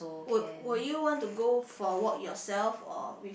would would you want to go for work yourself or with